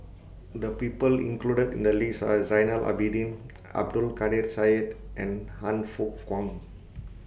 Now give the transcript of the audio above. The People included in The list Are Zainal Abidin Abdul Kadir Syed and Han Fook Kwang